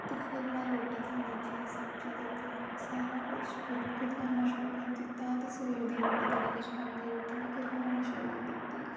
ਅਤੇ ਫਿਰ ਮੈਂ ਰੋਟੀ ਤੋਂ ਲੈ ਕੇ ਸਬਜ਼ੀ ਤੱਕ ਸਾਰਾ ਕੁਛ ਖੁ ਖੁਦ ਕਰਨਾ ਸ਼ੁਰੂ ਕਰ ਦਿੱਤਾ ਅਤੇ ਸਵੇਰ ਦੀ ਰੋਟੀ ਤੋਂ ਲੈ ਕੇ ਸ਼ਾਮ ਦੀ ਰੋਟੀ ਮੈਂ ਖੁਦ ਬਣਾਉਣੀ ਸ਼ੁਰੂ ਕਰ ਦਿੱਤੀ